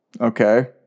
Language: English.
Okay